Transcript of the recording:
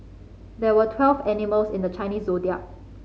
there were twelve animals in the Chinese Zodiac